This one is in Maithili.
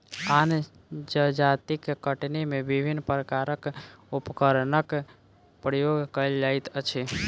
आन जजातिक कटनी मे विभिन्न प्रकारक उपकरणक प्रयोग कएल जाइत अछि